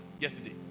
yesterday